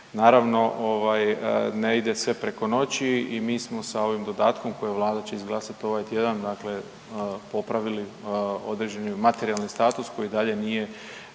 Naravno ovaj ne ide sve preko noći i mi smo sa ovim dodatkom koji Vlada će izglasati ovaj tjedan, dakle popravili određeni materijalni status koji i dalje nije